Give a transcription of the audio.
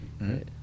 right